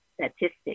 statistics